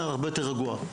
הרבה יותר רגוע.